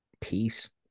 peace